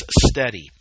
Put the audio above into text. steady